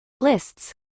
lists